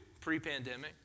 pre-pandemic